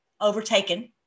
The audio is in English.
overtaken